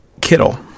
Kittle